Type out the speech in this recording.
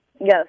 Yes